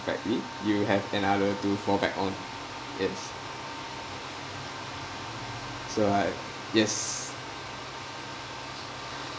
perfectly you have another to fall back on yes so I yes